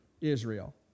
Israel